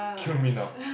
kill me now